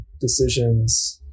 decisions